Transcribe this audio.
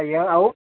ଆଜ୍ଞା ଆଉ